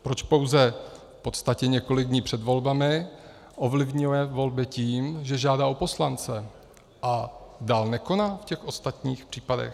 Proč pouze v podstatě několik dní před volbami ovlivňuje volby tím, že žádá o poslance a dál nekoná v těch ostatních případech.